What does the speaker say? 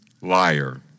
Liar